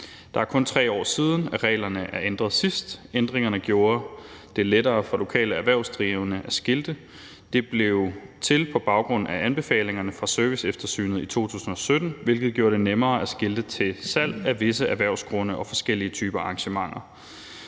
Det er kun 3 år siden, at reglerne sidst blev ændret. Ændringerne gjorde det lettere for lokale erhvervsdrivende at skilte. Reglerne blev tilpasset på baggrund af anbefalingerne fra serviceeftersynet i 2017, hvilket gjorde det nemmere at skilte i forbindelse med salg af visse erhvervsgrunde og forskellige typer arrangementer.